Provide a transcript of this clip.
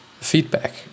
feedback